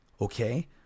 Okay